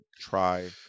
try